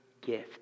gift